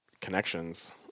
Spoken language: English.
connections